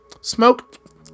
smoke